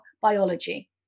biology